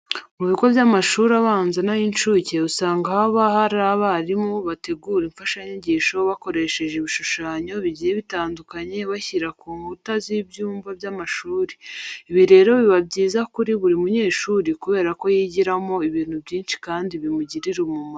Mu bigo by'amashuri abanza n'ay'incuke usanga haba hari abarimu bategura imfashanyigisho bakoresheje ibishushanyo bigiye bitandukanye bashyira ku nkuta z'ibyumba by'amashuri. Ibi rero biba byiza kuri buri munyeshuri kubera ko yigiramo ibintu byinshi kandi bimugirira umumaro.